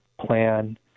plan